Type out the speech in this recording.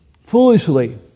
foolishly